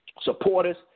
supporters